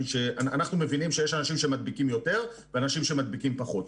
אנחנו מבינים שיש אנשים שמדביקים יותר ואנשים שמדביקים פחות.